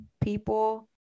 people